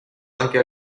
anche